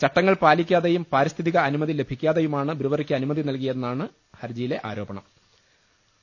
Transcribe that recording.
ചട്ടങ്ങൾ പാലിക്കാതെയും പാരിസ്ഥിതിക അനുമതി ലഭിക്കാതെ യുമാണ് ബ്രൂവറിയ്ക്ക് അനുമതി നൽകിയതെന്ന് ഹർജിയിൽ ആരോപിക്കുന്നു